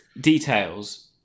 details